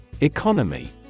Economy